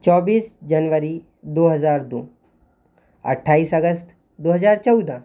चौबीस जनवरी दो हज़ार दो अट्ठाईस अगस्त दो हज़ार चौदह